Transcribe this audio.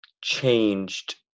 changed